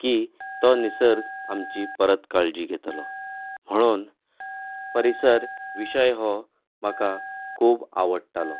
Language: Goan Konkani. की तो निर्सग आमची परत काळजी घेतलो म्हणून परिसर विशय हो म्हाका खूब आवडटालो